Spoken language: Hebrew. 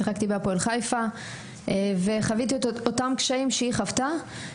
שיחקתי בהפועל חיפה וחוויתי את אותם קשיים שהיא חוותה.